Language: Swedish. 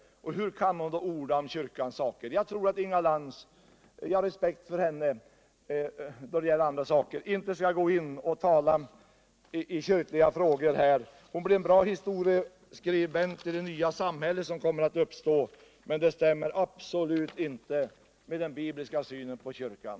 Hur kan hon då orda om kyrkliga ting? Jag har respekt för Inga Lantz när det gäller andra ting, men jag tror att hon inte här skall tala i kyrkliga frågor. Hon blir en bra historieskribent i det nya samhälle som kommer att uppstå, men vad hon säger stämmer absolut inte med den bibliska synen på kyrkan.